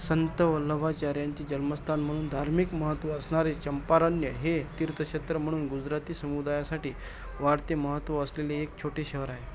संत वल्लभाचार्यांचे जन्मस्थान म्हणून धार्मिक महत्त्व असणारे चंपारण्य हे तीर्थक्षेत्र म्हणून गुजराती समुदायासाठी वाढते महत्त्व असलेले एक छोटे शहर आहे